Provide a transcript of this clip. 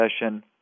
session